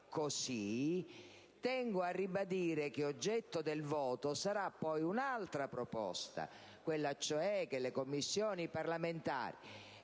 così, tengo a ribadire che oggetto del voto sarà poi un'altra proposta, quella cioè che le Commissioni parlamentari